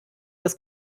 das